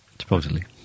Supposedly